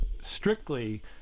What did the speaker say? strictly